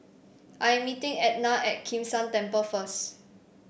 I am meeting Etna at Kim San Temple first